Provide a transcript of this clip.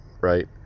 right